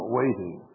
waiting